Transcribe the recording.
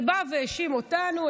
זה לבוא ולהאשים אותנו,